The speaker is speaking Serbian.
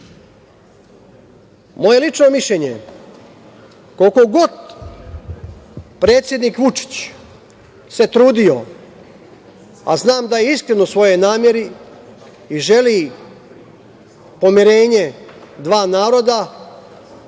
lično mišljenje je koliko god predsednik Vučić se trudio, a znam da je iskren u svojoj nameri i želi pomirenje dva naroda,